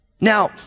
Now